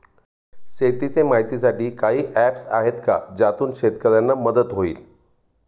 शेतीचे माहितीसाठी काही ऍप्स आहेत का ज्यातून शेतकऱ्यांना मदत होईल?